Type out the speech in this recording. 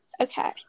Okay